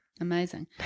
amazing